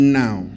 now